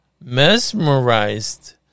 mesmerized